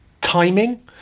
timing